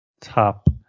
top